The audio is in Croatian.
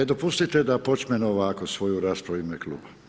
E dopustite da počnem ovako svoju raspravu u ime kluba.